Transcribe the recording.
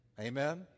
Amen